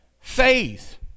faith